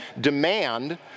demand